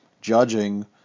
judging